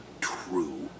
true